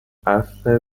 عفو